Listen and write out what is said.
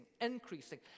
increasing